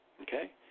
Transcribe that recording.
Okay